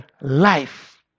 life